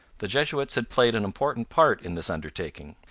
the jesuits had played an important part in this undertaking.